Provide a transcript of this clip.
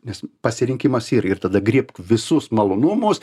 nes pasirinkimas yr ir tada griebk visus malonumus